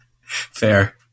Fair